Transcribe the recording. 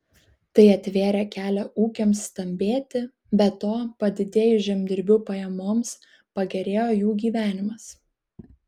tai atvėrė kelią ūkiams stambėti be to padidėjus žemdirbių pajamoms pagerėjo jų gyvenimas